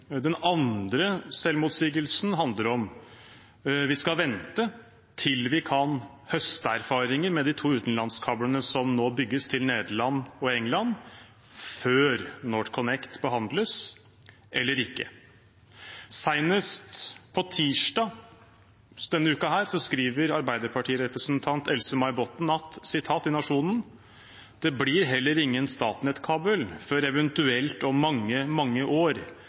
Den andre selvmotsigelsen handler om hvorvidt vi skal vente til vi kan høste erfaringer med de to utenlandskablene som nå bygges til Nederland og England, før NorthConnect behandles, eller ikke. Senest tirsdag denne uken skrev Arbeiderparti-representant Else-May Botten i Nationen: «Men det blir heller ingen ny Statnett-kabel til før eventuelt om mange, mange år.